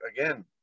again